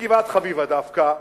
בגבעת-חביבה דווקא,